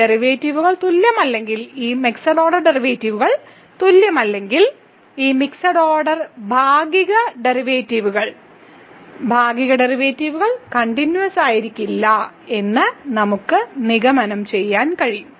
ഈ ഡെറിവേറ്റീവുകൾ തുല്യമല്ലെങ്കിൽ ഈ മിക്സഡ് ഓർഡർ ഡെറിവേറ്റീവുകൾ തുല്യമല്ലെങ്കിൽ ഈ മിക്സഡ് ഓർഡർ ഭാഗിക ഡെറിവേറ്റീവുകൾ ഭാഗിക ഡെറിവേറ്റീവുകൾ കണ്ടിന്യൂവസ്സായിരിക്കി ല്ലെന്ന് നമുക്ക് നിഗമനം ചെയ്യാം